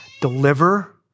deliver